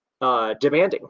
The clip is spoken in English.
demanding